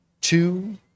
two